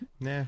Nah